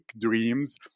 dreams